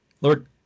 Lord